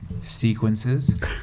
sequences